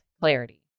clarity